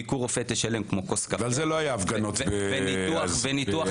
ביקור רופא תשלם כמו כוס קפה וניתוח לב,